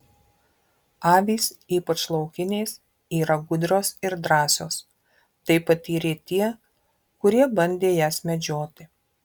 avys ypač laukinės yra gudrios ir drąsios tai patyrė tie kurie bandė jas medžioti